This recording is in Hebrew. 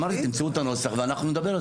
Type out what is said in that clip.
אמרתי, תמצאו את הנוסח ואנחנו נדבר על זה.